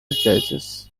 choices